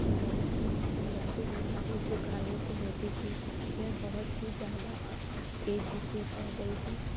lumpy lumpy बीमारी जो गायों को होती थी वह बहुत ही ज़्यादा तेजी से फ़ैल रही थी